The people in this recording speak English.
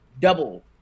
Double